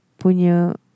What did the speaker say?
Punya